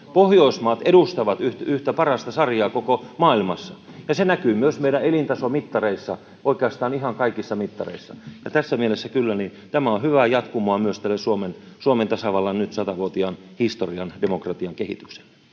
Pohjoismaat edustavat yhtä parasta sarjaa koko maailmassa, ja se näkyy myös meidän elintasomittareissamme, oikeastaan ihan kaikissa mittareissa. Tässä mielessä kyllä tämä on hyvää jatkumoa myös tälle Suomen tasavallan nyt 100-vuotiaan historian, demokratian kehitykselle.